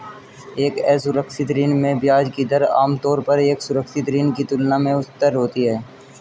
एक असुरक्षित ऋण में ब्याज की दर आमतौर पर एक सुरक्षित ऋण की तुलना में उच्चतर होती है?